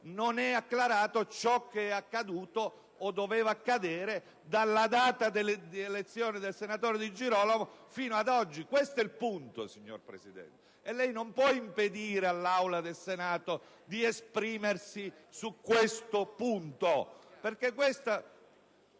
Non è acclarato però quanto è accaduto o doveva accadere dalla data delle elezioni del senatore Di Girolamo fino ad oggi. Questo è il punto, signor Presidente. Lei non può impedire all'Aula del Senato di esprimersi a tale riguardo; ma